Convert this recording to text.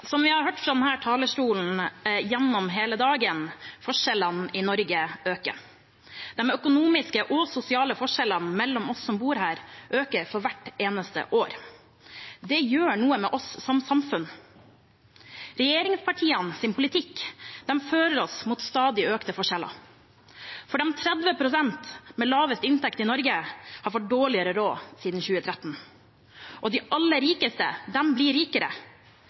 Som vi har hørt fra denne talerstolen gjennom hele dagen: Forskjellene i Norge øker. De økonomiske og sosiale forskjellene mellom oss som bor her, øker for hvert eneste år. Det gjør noe med oss som samfunn. Regjeringspartienes politikk fører oss mot stadig økte forskjeller. De 30 pst. med lavest inntekt i Norge har fått dårligere råd siden 2013, og de aller rikeste blir rikere.